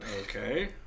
Okay